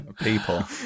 People